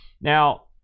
Now